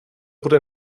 bude